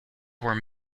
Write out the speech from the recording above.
were